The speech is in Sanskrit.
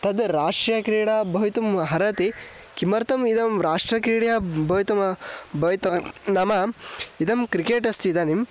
तत् राष्ट्रीयक्रीडा भवितुं अर्हति किमर्थम् इदं राष्ट्रीयक्रीडा भवितुं भवितुं नाम इदं क्रिकेट् अस्ति इदानीं